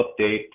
update